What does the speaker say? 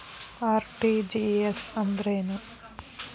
RTGS ಅಂದ್ರೇನು?